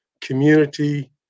community